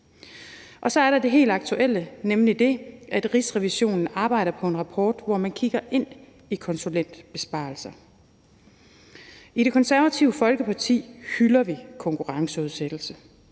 Og så er der det helt aktuelle, nemlig det, at Rigsrevisionen arbejder på en rapport, hvor man kigger ind i konsulentbesparelser. I Det Konservative Folkeparti hylder vi konkurrenceudsættelse,